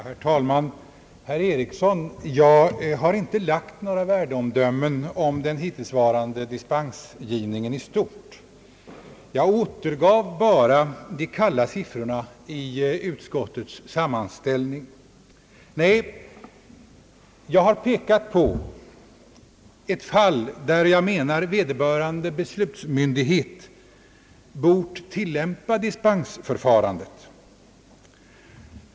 Herr talman! Jag har, herr Eriksson, inte gjort några värdeomdömen om den hittillsvarande dispensgivningen i stort. Jag återgav bara de kalla siffrorna i utskottets sammanställning. Jag har främst pekat på ett fall, där jag menar att vederbörande beslutsmyndighet bort tillämpa dispensförfarandet.